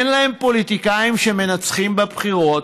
אין להם פוליטיקאים שמנצחים בבחירות,